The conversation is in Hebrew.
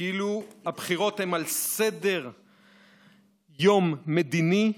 כאילו הבחירות הן על סדר-יום מדיני,